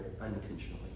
unintentionally